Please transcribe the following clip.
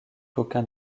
qu’aucun